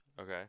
Okay